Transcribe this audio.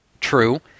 True